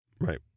Right